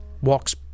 walks